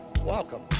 welcome